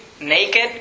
naked